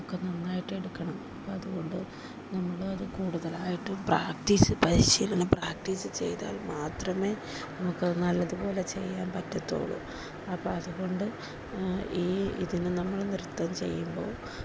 ഒക്കെ നന്നായിട്ട് എടുക്കണം അപ്പോള് അതുകൊണ്ട് നമ്മള് അതു കൂടുതലായിട്ടും പ്രാക്ടീസ് പരിശീലനം പ്രാക്ടീസ് ചെയ്താൽ മാത്രമേ നമുക്കതു നല്ലതുപോലെ ചെയ്യാൻ പറ്റത്തുള്ളൂ അപ്പോള് അതുകൊണ്ട് ഈ ഇതിന് നമ്മള് നൃത്തം ചെയ്യുമ്പോള്